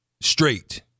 straight